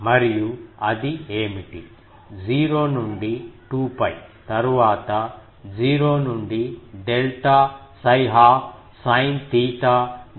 మరియు అది ఏమిటి 0 నుండి 2 𝜋 తరువాత 0 నుండి డెల్టా 𝜓½ sin dd𝝓